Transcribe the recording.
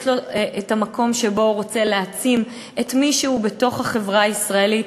יש לו מקום שבו הוא רוצה להעצים את מי שהוא בתוך החברה הישראלית.